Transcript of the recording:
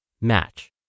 match